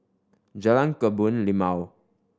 Jalan Kebun Limau